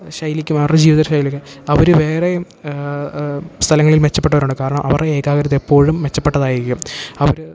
ശൈലിക്കും അവരുടെ ജീവിത ശൈലിക്ക് അവർ വേറെയും സ്ഥലങ്ങളിൽ മെച്ചപ്പെട്ടവരുണ്ട് കാരണം അവരുടെ ഏകാഗ്രത എപ്പോഴും മെച്ചപ്പെട്ടതായിരിക്കും അവർ